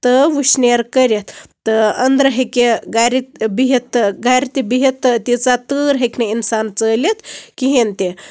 تہٕ وُشنیر کٔرِتھ تہٕ أندرٕ ہیٚکہِ گرِ بِہِتھ تہِ گرِ تہِ بِہِتھ تہٕ تیٖژہ تۭر ہیٚکہِ نہٕ اِنسان ژٲلِتھ کِہینۍ تہِ